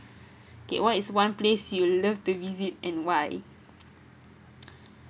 okay what is one place you love to visit and why